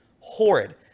horrid